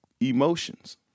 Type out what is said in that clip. emotions